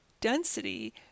density